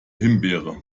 himbeere